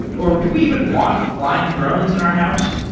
or do we even want flying drones in our house?